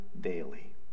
daily